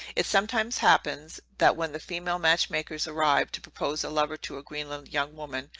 it sometimes happens, that when the female match-makers arrive to propose a lover to a greenland young woman,